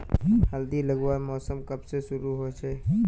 हल्दी लगवार मौसम कब से शुरू होचए?